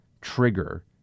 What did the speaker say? trigger